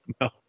No